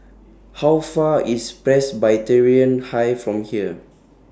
How Far away IS Presbyterian High from here